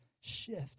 shift